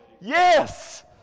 Yes